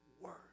word